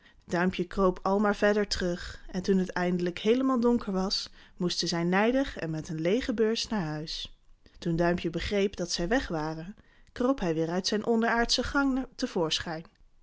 duimpje kroop al maar verder terug en toen het eindelijk heelemaal donker was moesten zij nijdig en met een leege beurs naar huis toen duimpje begreep dat zij weg waren kroop hij weêr uit zijn onderaardsche gang